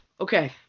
okay